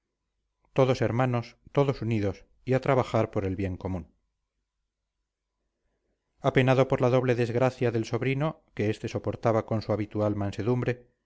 todos hermanos todos unidos y a trabajar por el bien común apenado por la doble desgracia del sobrino que este soportaba con su habitual mansedumbre